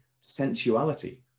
sensuality